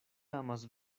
amas